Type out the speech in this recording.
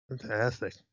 Fantastic